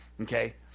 okay